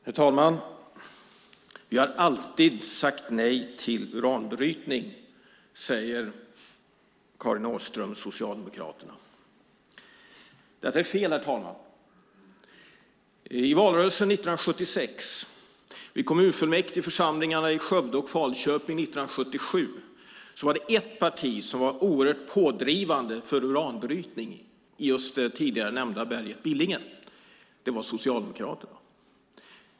Herr talman! Vi har alltid sagt nej till uranbrytning, säger Karin Åström från Socialdemokraterna. Detta är fel, herr talman. I valrörelsen 1976 och i kommunfullmäktigeförsamlingarna i Skövde och Falköping 1977 var det ett parti som var oerhört pådrivande för uranbrytning i det tidigare nämnda berget Billingen. Det var Socialdemokraterna.